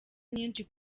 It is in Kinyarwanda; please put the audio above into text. nyinshi